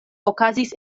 okazis